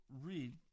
read